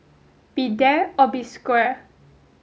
be there or be square